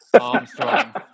Armstrong